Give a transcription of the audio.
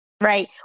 right